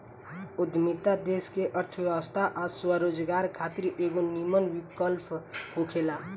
उद्यमिता देश के अर्थव्यवस्था आ स्वरोजगार खातिर एगो निमन विकल्प होखेला